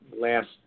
last